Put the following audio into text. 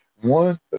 one